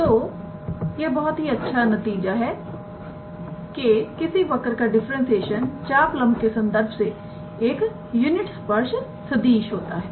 तो यह बहुत अच्छा नतीजा है के किसी वक्र का डिफरेंसेशन चापलंब के संदर्भ से एक यूनिट स्पर्श सदिश होता है